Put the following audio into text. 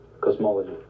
cosmology